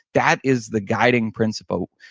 that is the guiding principle.